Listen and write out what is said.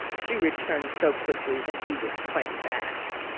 she returned so quickly that he was quite abashed.